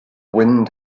wind